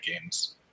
Games